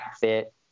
fit